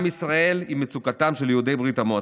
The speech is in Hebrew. ישראל עם מצוקתם של יהודי ברית המועצות,